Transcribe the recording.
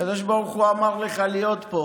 הקדוש ברוך הוא אמר לך להיות פה.